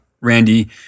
Randy